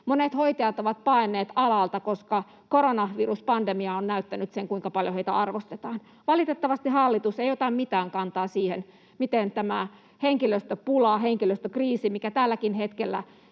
Monet hoitajat ovat paenneet alalta, koska koronaviruspandemia on näyttänyt sen, kuinka paljon heitä arvostetaan. Valitettavasti hallitus ei ota mitään kantaa siihen, miten korjataan tämä henkilöstöpula, henkilöstökriisi, mikä tälläkin hetkellä